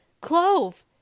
Clove